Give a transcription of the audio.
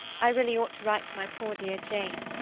i really ought to write to my poor, dear jane.